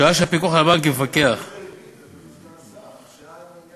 שעה שהפיקוח על הבנקים מפקח, השאלה באיזה